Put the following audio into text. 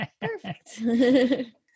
Perfect